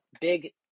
big